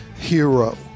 hero